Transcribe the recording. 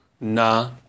Nah